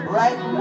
right